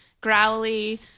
growly